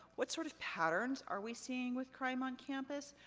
what sort of patterns are we seeing with crime on campus?